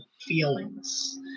feelings